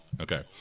Okay